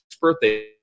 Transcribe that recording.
birthday